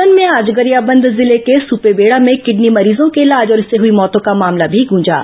सदन में आज गरियाबंद जिले के सुपेबेड़ा में किडनी मरीजों के इलाज और इससे हुई मौतों का मामला भी गूजा